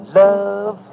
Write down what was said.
love